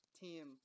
team